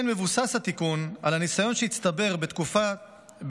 כן מבוסס התיקון על הניסיון שהצטבר בתקופת